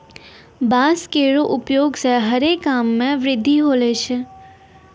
बांस केरो उपयोग सें हरे काम मे वृद्धि होलो छै